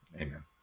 Amen